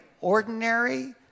Ordinary